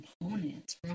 components